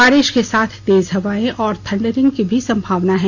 बारिश के साथ तेज हवाए और थंडरिंग की भी संभावना है